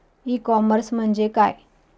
E commerce म्हणजे काय?